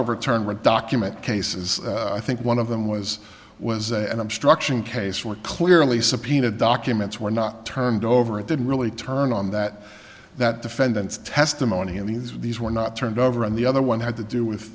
overturned were document cases i think one of them was was an obstruction case where clearly subpoenaed documents were not turned over it didn't really turn on that that defendant's testimony and these these were not turned over and the other one had to do with